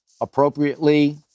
appropriately